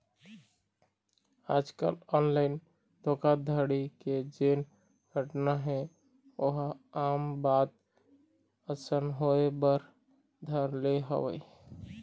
आजकल ऑनलाइन धोखाघड़ी के जेन घटना हे ओहा आम बात असन होय बर धर ले हवय